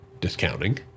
discounting